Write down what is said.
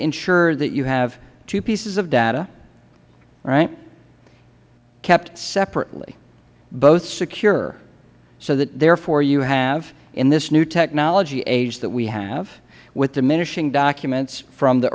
ensure that you have two pieces of data right kept separately both secure so that therefore you have in this new technology age that we have with diminishing documents from the